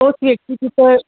तोच व्यक्ति तिथं